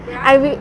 I wil~